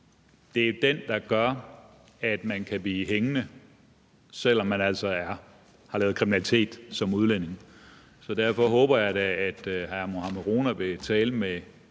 det er den, der gør, at man kan blive hængende, selv om man som udlænding har lavet kriminalitet. Derfor håber jeg da, at hr. Mohammed Rona vil tale med